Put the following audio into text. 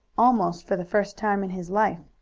almost for the first time in his life.